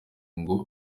ngo